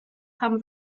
pam